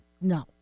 No